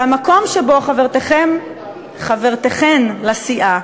המקום שבו חברתכן לסיעה,